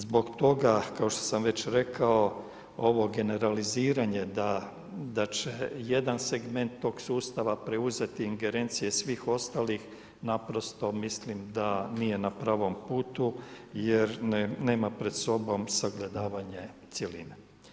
Zbog toga kao što sam već rekao ovo generaliziranje da će jedan segment tog sustava preuzet ingerencije svih ostalih, naprosto mislim da nije na pravom putu jer nema pred sobom sagledavanje cjeline.